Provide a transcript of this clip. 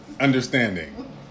Understanding